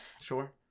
Sure